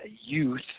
youth